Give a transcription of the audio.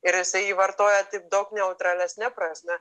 ir jisai jį vartoja taip daug neutralesne prasme